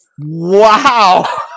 wow